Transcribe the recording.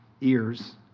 ears